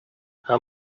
how